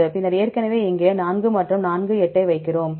எனவே ஏற்கனவே இங்கே 4 மற்றும் 4 8 ஐ வைக்கிறோம்